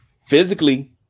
Physically